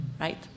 right